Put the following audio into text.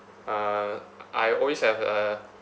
uh I always have a